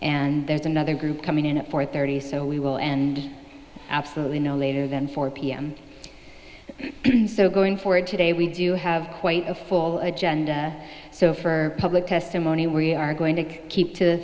and there's another group coming in at four thirty so we will and absolutely no later than four p m so going forward today we do have quite a full agenda so for public testimony we are going to keep to